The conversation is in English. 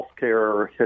healthcare